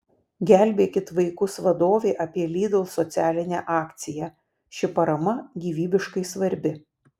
gelbėkit vaikus vadovė apie lidl socialinę akciją ši parama gyvybiškai svarbi